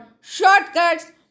shortcuts